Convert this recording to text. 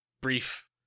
brief